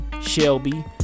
Shelby